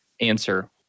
answer